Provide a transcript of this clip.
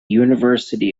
university